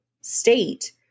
state